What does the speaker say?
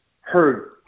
heard